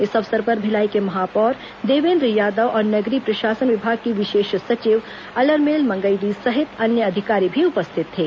इस अवसर पर भिलाई के महापौर देवेन्द्र यादव और नगरीय प्रशासन विभाग की विशेष सचिव अलरमेल मंगई डी सहित अन्य अधिकारी भी उपस्थित थे